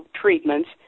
treatments